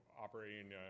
operating